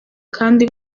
kandi